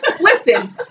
listen